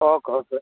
okay okay